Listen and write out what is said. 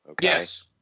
Yes